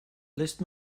lässt